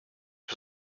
was